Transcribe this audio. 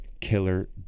killer